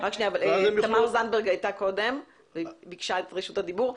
תמר זנדברג הייתה קודם והיא ביקשה את רשות הדיבור,